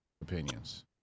opinions